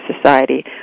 society